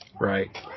right